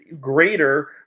greater